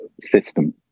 system